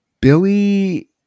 Billy